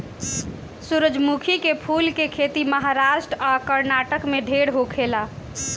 सूरजमुखी के फूल के खेती महाराष्ट्र आ कर्नाटक में ढेर होखेला